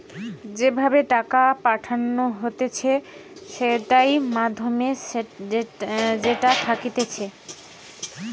যে ভাবে টাকা পাঠানো হতিছে সেটার মাধ্যম যেটা থাকতিছে